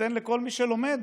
שיינתן לכל מי שלומד.